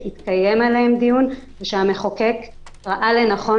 שהתקיים עליהן דיון ושהמחוקק ראה לנכון